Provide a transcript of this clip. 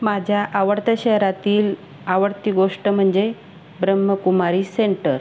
माझ्या आवडत्या शहरातील आवडती गोष्ट म्हणजे ब्रह्मकुमारी सेंटर